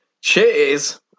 Cheers